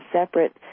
separate